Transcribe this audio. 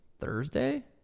Thursday